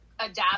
adapt